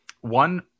One